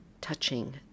touching